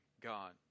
God